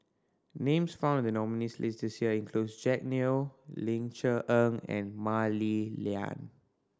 names found in nominees' list this year include Jack Neo Ling Cher Eng and Mah Li Lian